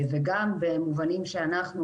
וגם במובנים שאנחנו,